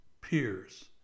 peers